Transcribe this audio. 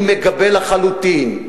אני מגבה לחלוטין,